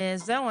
זהו.